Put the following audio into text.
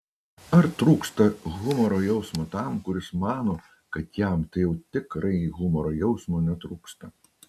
ar trūksta humoro jausmo tam kuris mano kad jam tai jau tikrai humoro jausmo netrūksta